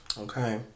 Okay